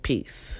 Peace